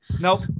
Nope